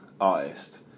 artist